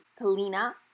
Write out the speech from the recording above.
Kalina